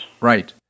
Right